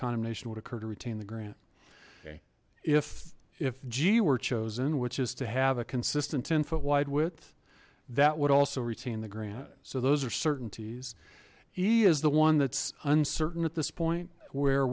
condemnation would occur to retain the grant if if g were chosen which is to have a consistent ten foot wide width that would also retain the grant so those are certainties he is the one that's uncertain at this point where